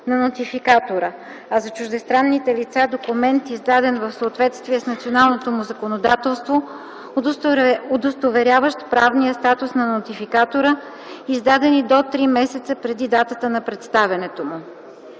на нотификатора, а за чуждестранните лица – документ, издаден в съответствие с националното му законодателство, удостоверяващ правния статус на нотификатора, издадени до 3 месеца преди датата на представянето му;